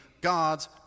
God's